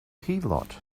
heelot